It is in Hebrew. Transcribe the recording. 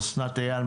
אסנת אייל,